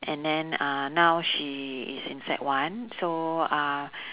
and then uh now she is in sec one so uh